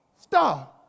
star